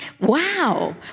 wow